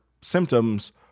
symptoms